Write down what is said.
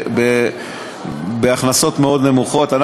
באמת בהכנסות מאוד נמוכות.